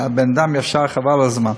אתה אדם ישר חבל על הזמן.